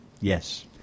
Yes